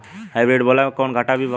Hybrid बोला के कौनो घाटा भी होखेला?